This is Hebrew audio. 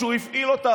שהוא הפעיל אותה,